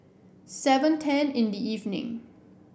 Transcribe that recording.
seven ten in the evening